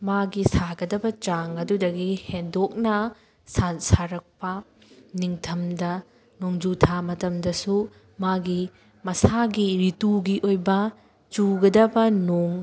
ꯃꯥꯒꯤ ꯁꯥꯒꯗꯕ ꯆꯥꯡ ꯑꯗꯨꯗꯒꯤ ꯍꯦꯟꯗꯣꯛꯅ ꯁꯥ ꯁꯥꯔꯛꯄ ꯅꯤꯡꯊꯝꯗ ꯅꯣꯡꯖꯨ ꯊꯥ ꯃꯇꯝꯗꯁꯨ ꯃꯥꯒꯤ ꯃꯁꯥꯒꯤ ꯔꯤꯇꯨꯒꯤ ꯑꯣꯏꯕ ꯆꯨꯒꯗꯕ ꯅꯣꯡ